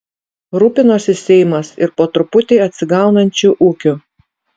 rūpinosi seimas ir po truputį atsigaunančiu ūkiu